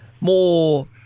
more